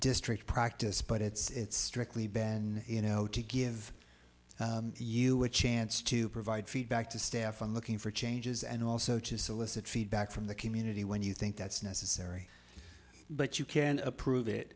district practice but it's strictly been you know to give you a chance to provide feedback to staff on looking for changes and also to solicit feedback from the community when you think that's necessary but you can appro